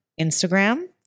instagram